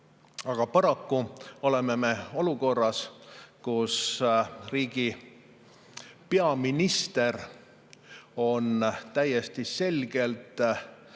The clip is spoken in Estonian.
Aga paraku me oleme olukorras, kus riigi peaminister on täiesti selgelt